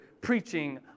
preaching